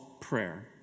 prayer